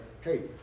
hey